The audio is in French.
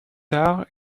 tard